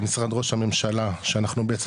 למשרד ראש הממשלה שאנחנו בעצם,